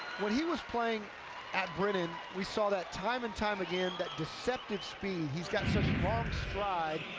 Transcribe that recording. when he was playing at brennan, we saw that time and time again, that deceptive speed. he's got such long stride.